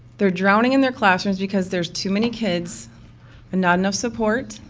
they're drowning in their classrooms because there's too many kids and not enough support.